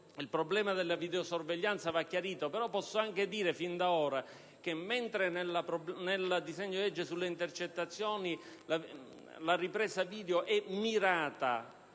il problema della videosorveglianza. Posso però precisare fin da ora che mentre nel disegno di legge sulle intercettazioni la ripresa video è mirata